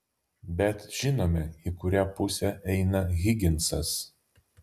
bet žinome į kurią pusę eina higinsas